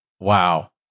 wow